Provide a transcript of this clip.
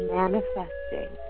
manifesting